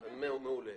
מעולה.